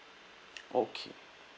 okay